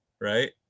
right